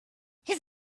his